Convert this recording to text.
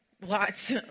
Lots